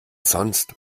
sonst